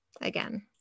again